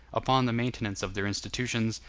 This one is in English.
upon the maintenance of their institutions,